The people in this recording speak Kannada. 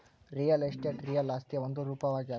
ರಿಯಲ್ ಎಸ್ಟೇಟ್ ರಿಯಲ್ ಆಸ್ತಿಯ ಒಂದು ರೂಪವಾಗ್ಯಾದ